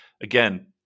Again